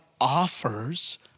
offers